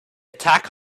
attack